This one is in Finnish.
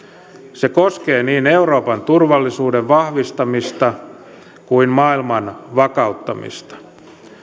se koskee niin euroopan turvallisuuden vahvistamista kuin maailman vakauttamista